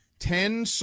Ten